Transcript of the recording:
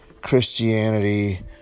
Christianity